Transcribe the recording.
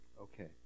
Okay